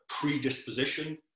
predisposition